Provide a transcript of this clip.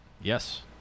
Yes